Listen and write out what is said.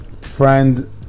Friend